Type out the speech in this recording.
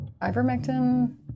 ivermectin